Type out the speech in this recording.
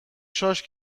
شاش